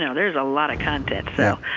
you know there's a lot of content. so